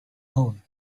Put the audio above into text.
hole